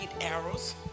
arrows